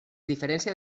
diferencia